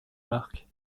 marque